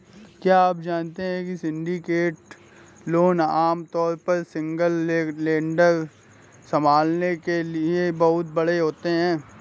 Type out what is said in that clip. क्या आप जानते है सिंडिकेटेड लोन आमतौर पर सिंगल लेंडर संभालने के लिए बहुत बड़े होते हैं?